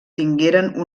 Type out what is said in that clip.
tingueren